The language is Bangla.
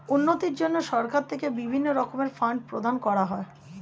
উন্নতির জন্য সরকার থেকে বিভিন্ন রকমের ফান্ড প্রদান করা হয়